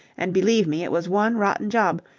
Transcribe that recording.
and, believe me, it was one rotten job.